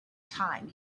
time